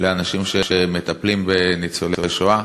לאנשים שמטפלים בניצולי השואה.